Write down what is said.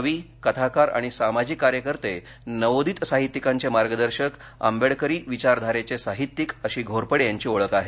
कवी कथाकार आणि सामाजिक कार्यकर्ते नवोदित साहित्यिकांचे मार्गदर्शक आंबेडकरी विचारधारेचे साहित्यिक अशी घोरपडे यांची ओळख आहे